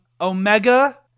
Omega